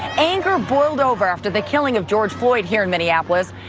anger boiled over after the killing of george floyd here in minneapolis,